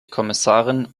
kommissarin